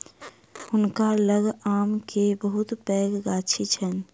हुनका लग आम के बहुत पैघ गाछी छैन